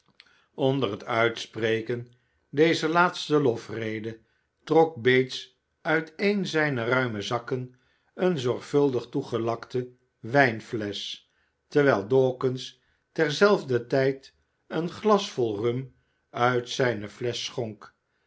onder t uitspreken dezer laatste lofrede trok bates uit een zijner ruime zakken eene zorgvuldig toegelakte wijnflesch terwijl dawkins ter zelfder tijd een glas vol rum uit zijne flesch